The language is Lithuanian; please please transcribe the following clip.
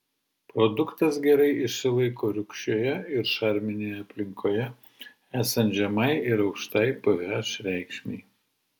produktas gerai išsilaiko rūgščioje ir šarminėje aplinkoje esant žemai ir aukštai ph reikšmei